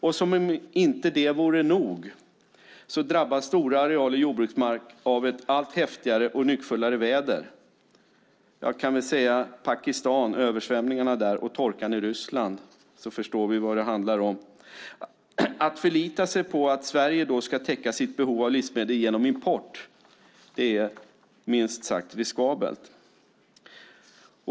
Och som om inte det vore nog drabbas stora arealer jordbruksmark av ett allt häftigare och nyckfullare väder. Jag kan väl säga Pakistan och översvämningarna där och torkan i Ryssland så förstår vi vad det handlar om. Att förlita sig på att Sverige då ska täcka sitt behov av livsmedel genom import är minst sagt riskabelt.